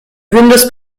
windows